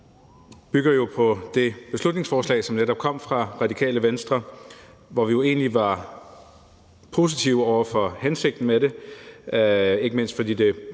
bygger jo på det beslutningsforslag, som netop kom fra Radikale Venstre, hvor vi jo egentlig var positive over for hensigten med det, ikke mindst fordi det